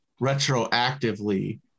retroactively